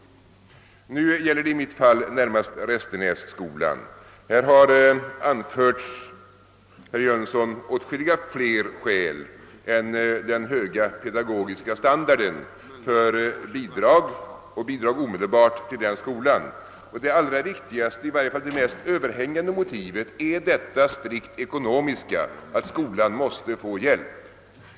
Men nu gäller det för min del närmast Restenässkolan, och där har det, herr Jönsson i Arlöv, anförts åtskilligt fler skäl än den höga pedagogiska standarden för att bidrag omedelbart bör utgå till den skolan. Det allra viktigaste motivet, eller i varje fall det mest överhängande, är av ekonomisk art. Skolan måste få hjälp.